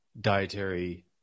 dietary